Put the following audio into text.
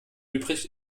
übrig